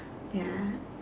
ya